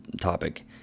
topic